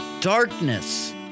darkness